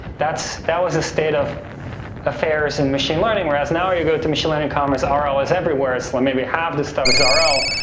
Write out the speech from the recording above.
that was the state of affairs in machine learning. whereas now, you go to machine and and conference, ah rl is everywhere. it's like maybe half the stuff is ah rl,